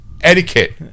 etiquette